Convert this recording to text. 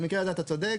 במקרה הזה אתה צודק,